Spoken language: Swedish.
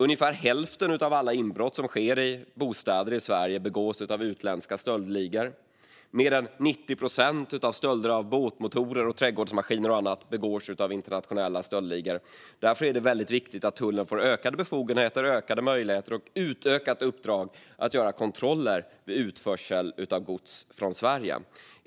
Ungefär hälften av alla inbrott som sker i bostäder i Sverige begås av utländska stöldligor. Mer än 90 procent av stölderna av båtmotorer, trädgårdsmaskiner och annat begås av internationella stöldligor. Därför är det väldigt viktigt att tullen får ökade befogenheter, ökade möjligheter och ett utökat uppdrag att göra kontroller vid utförsel av gods från Sverige.